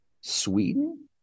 Sweden